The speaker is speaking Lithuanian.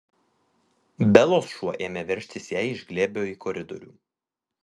belos šuo ėmė veržtis jai iš glėbio į koridorių